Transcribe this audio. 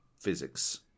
physics